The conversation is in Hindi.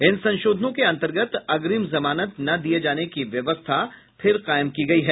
इन संशोधनों के अंतर्गत अग्रिम जमानत न दिए जाने की व्यवस्था फिर कायम की गई है